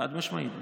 חד-משמעית.